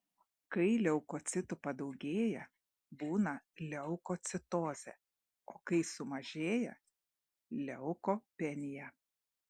kai leukocitų padaugėja būna leukocitozė o kai sumažėja leukopenija